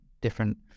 different